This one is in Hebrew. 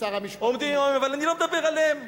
אבל אני לא מדבר עליהם,